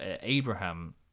Abraham